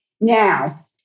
Now